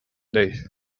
day